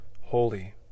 Holy